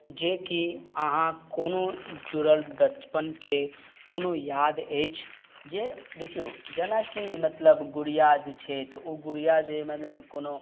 जेकि अहाँ कोनो जुड़ल बचपनके कोनो याद अछि जे देखिऔ जेनाकि मतलब गुड़िआ जे छै तऽ ओ गुड़िआ जे मानि लिअ ओइमे कोनो